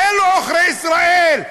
אלו עוכרי ישראל,